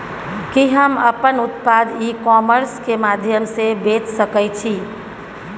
कि हम अपन उत्पाद ई कॉमर्स के माध्यम से बेच सकै छी?